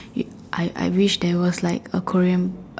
I I wish there was like a Korean